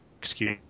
excuse